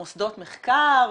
מוסדות מחקר,